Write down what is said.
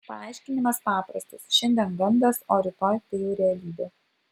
paaiškinimas paprastas šiandien gandas o rytoj tai jau realybė